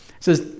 says